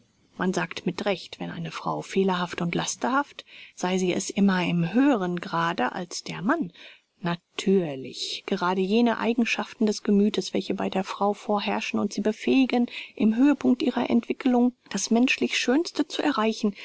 man sagt mit recht wenn eine frau fehlerhaft und lasterhaft sei sie es immer in höherem grade als der mann natürlich grade jene eigenschaften des gemüthes welche bei der frau vorherrschen und sie befähigen im höhepunkt ihrer entwickelung das menschlich schönste zu erreichen